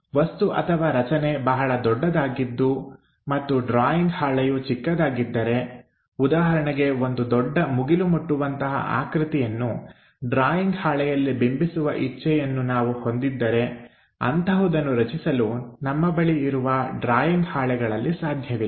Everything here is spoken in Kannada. ವಸ್ತು ಅಥವಾ ರಚನೆ ಬಹಳ ದೊಡ್ಡದಾಗಿದ್ದು ಮತ್ತು ಡ್ರಾಯಿಂಗ್ ಹಾಳೆಯು ಚಿಕ್ಕದಾಗಿದ್ದರೆ ಉದಾಹರಣೆಗೆ ಒಂದು ದೊಡ್ಡ ಮುಗಿಲು ಮುಟ್ಟುವಂತಹ ಆಕೃತಿಯನ್ನು ಡ್ರಾಯಿಂಗ್ ಹಾಳೆಯಲ್ಲಿ ಬಿಂಬಿಸುವ ಇಚ್ಛೆಯನ್ನು ನಾವು ಹೊಂದಿದ್ದರೆ ಅಂತಹುದನ್ನು ರಚಿಸಲು ನಮ್ಮ ಬಳಿ ಇರುವ ಡ್ರಾಯಿಂಗ್ ಹಾಳೆಗಳಲ್ಲಿ ಸಾಧ್ಯವಿಲ್ಲ